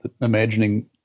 imagining